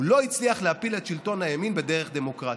הוא לא הצליח להפיל את שלטון הימין בדרך דמוקרטית.